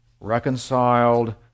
reconciled